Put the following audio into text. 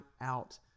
out